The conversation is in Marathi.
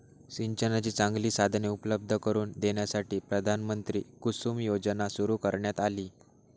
सिंचनाची चांगली साधने उपलब्ध करून देण्यासाठी प्रधानमंत्री कुसुम योजना सुरू करण्यात आली